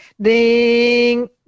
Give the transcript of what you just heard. ding